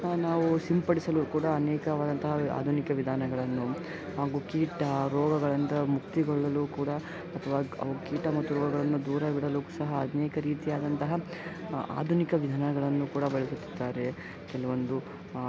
ನಾವು ಸಿಂಪಡಿಸಲು ಕೂಡ ಅನೇಕವಾದಂತಹ ಆಧುನಿಕ ವಿಧಾನಗಳನ್ನು ಹಾಗು ಕೀಟ ರೋಗಗಳಿಂದ ಮುಕ್ತಿಗೊಳ್ಳಲು ಕೂಡ ಅಥವಾ ಕೀಟ ಮತ್ತು ರೋಗಗಳನ್ನು ದೂರವಿಡಲು ಸಹ ಅನೇಕ ರೀತಿಯಾದಂತಹ ಆಧುನಿಕ ವಿಧಾನಗಳನ್ನು ಕೂಡ ಬಳಸುತ್ತಿದ್ದಾರೆ ಕೆಲವೊಂದು